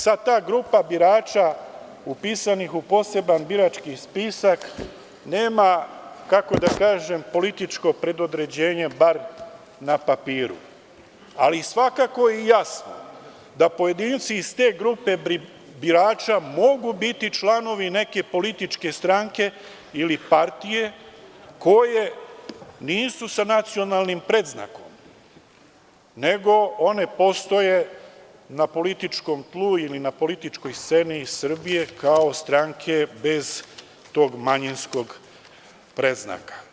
Sad, ta grupa birača upisanih u poseban birački spisak nema, kako da kažem, političko predodređenje bar na papiru, ali svakako je jasno da pojedinci iz te grupe birača mogu biti članovi neke političke stranke ili partije koje nisu sa nacionalnim predznakom, nego one postoje na političkom tlu ili na političkoj sceni Srbije kao stranke bez tog manjinskog predznaka.